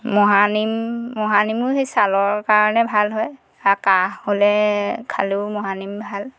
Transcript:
মহানিম মহানিমো সেই ছালৰ কাৰণে ভাল হয় আৰু কাহ হ'লে খালেও মহানিম ভাল